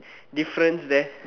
difference there